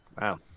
wow